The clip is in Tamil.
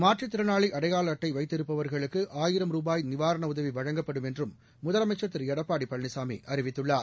மாற்றுத்திறனாளி அடையாள அட்டை வைத்திருப்பவர்களுக்கு ஆயிரம் ரூபாய் நிவாரண உதவி வழங்கப்படும் என்றும் முதலமைச்சர் திரு எடப்பாடி பழனிசாமி அறிவித்துள்ளார்